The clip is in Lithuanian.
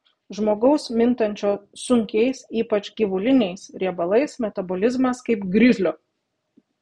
žmogaus mintančio sunkiais ypač gyvuliniais riebalais metabolizmas kaip grizlio